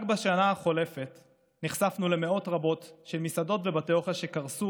רק בשנה החולפת נחשפנו למאות רבות של מסעדות ובתי אוכל שקרסו